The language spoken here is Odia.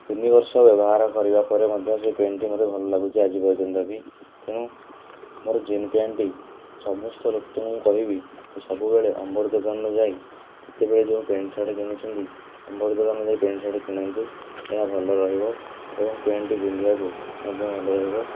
ତିନି ବର୍ଷ ବ୍ୟବହାର କରିବା ପରେ ମଧ୍ୟ ସେ ପ୍ୟାଣ୍ଟଟି ମୋତେ ଭଲ ଲାଗୁଛି ଆଜି ପର୍ଯ୍ୟନ୍ତ ବି ତେଣୁ ମୋର ଜିନ୍ ପ୍ୟାଣ୍ଟଟି ସମସ୍ତ ବ୍ୟକ୍ତିଙ୍କୁ କହିବି ଯେ ସବୁବେଳେ ଅମ୍ବର ଦୋକାନକୁ ଯାଇ ଯେତେବେଳେ ଯେଉଁ ପ୍ୟାଣ୍ଟ ସାର୍ଟ କିଣୁଛନ୍ତି ଅମ୍ବର ଦୋକାନରୁ ଯାଇ ପ୍ୟାଣ୍ଟ ସାର୍ଟ କିଣନ୍ତୁ ଏହା ଭଲ ରହିବ ଏବଂ ପ୍ୟାଣ୍ଟଟି ପିନ୍ଧିବାକୁ ମଧ୍ୟ ଭଲ ରହିବ